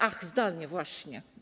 Ach, zdalnie, właśnie.